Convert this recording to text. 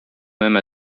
même